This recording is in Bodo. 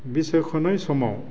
बिसायख'नाय समाव